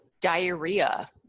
diarrhea